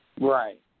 Right